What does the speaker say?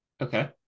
Okay